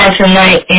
tonight